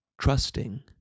trusting